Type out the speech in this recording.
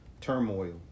turmoil